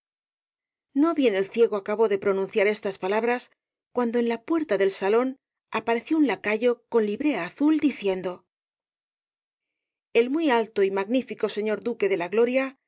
no bien el ciego acabó de pronunciar estas palabras cuando en la puerta del salón apareció un lacayo con librea azul diciendo el muy alto y magnífico señor duque de la gloria